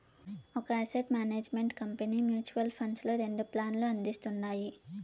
ఒక asset management company mutual funds లో రెండు ప్లాన్లు అందిస్తుండాది